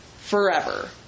forever